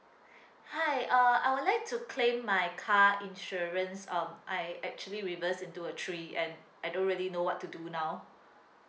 hi uh I would like to claim my car insurance um I actually reversed into a tree and I don't really know what to do now